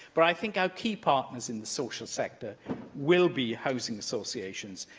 but i think our key partners in the social sector will be housing associations,